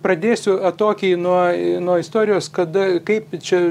pradėsiu atokiai nuo nuo istorijos kada kaip čia